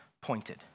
pointed